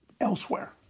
elsewhere